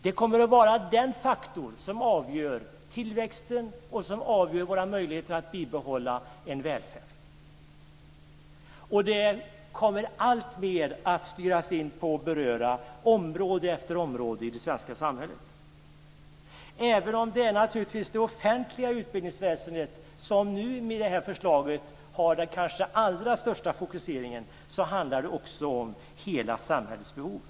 Det kommer att vara den faktor som avgör tillväxten och som avgör våra möjligheter att bibehålla en välfärd. Och det kommer alltmer att styras in på att beröra område efter område i det svenska samhället. Även om det naturligtvis är det offentliga utbildningsväsendet som med det här förslaget har den allra största fokuseringen så handlar det också om hela samhällets behov.